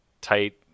tight